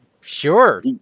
Sure